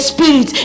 Spirit